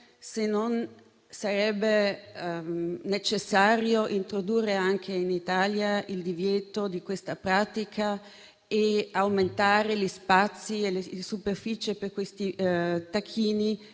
se non sia necessario introdurre anche in Italia il divieto di questa pratica e aumentare gli spazi e la superficie per i tacchini,